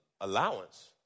Allowance